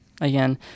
Again